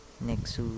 Next